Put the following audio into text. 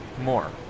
more